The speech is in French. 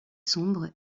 sombre